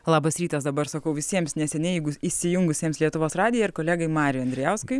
labas rytas dabar sakau visiems neseniai jeigu įsijungusiems lietuvos radiją ir kolegai mariui andrijauskui